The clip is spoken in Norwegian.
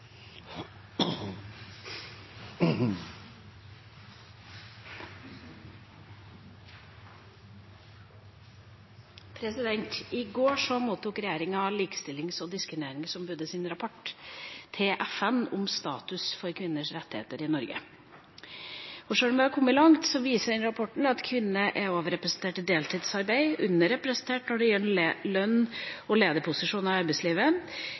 rapport til FN om status for kvinners rettigheter i Norge. Sjøl om vi har kommet langt, viser rapporten at kvinner er overrepresentert i deltidsarbeid og underrepresentert når det gjelder lønn og lederposisjoner i arbeidslivet,